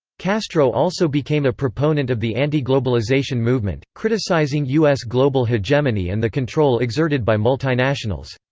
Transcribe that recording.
castro also became a proponent of the anti-globalization movement, criticizing u s. global hegemony and the control exerted by multinationals.